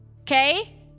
okay